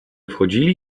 wchodzili